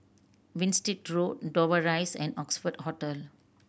Winstedt Road Dover Rise and Oxford Hotel